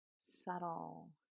subtle